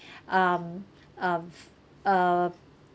um um uh